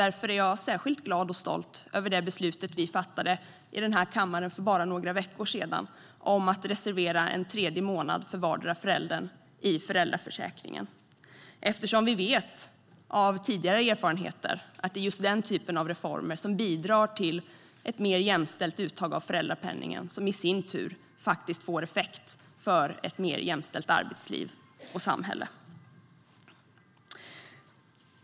Därför är jag särskilt glad och stolt över det beslut som vi fattade i denna kammare för bara några veckor sedan om att reservera en tredje månad i föräldraförsäkringen för vardera föräldern, eftersom vi vet av tidigare erfarenheter att det är just denna typ av reformer som bidrar till ett mer jämställt uttag av föräldrapenningen och som i sin tur faktiskt får effekt för ett mer jämställt arbetsliv och samhälle.